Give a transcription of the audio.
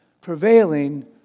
prevailing